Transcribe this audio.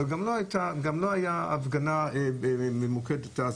אבל גם לא הייתה הפגנה ממוקדת בכלל,